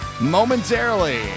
momentarily